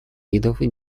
видов